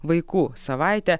vaikų savaitę